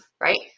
Right